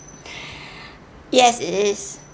yes it is